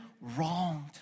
wronged